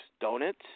donuts